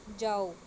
ਜਾਓ